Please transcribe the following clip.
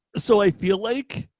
so i feel like,